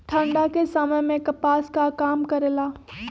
ठंडा के समय मे कपास का काम करेला?